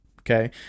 okay